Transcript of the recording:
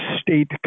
state